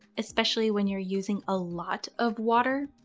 especially when you're using a lot of water.